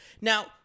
Now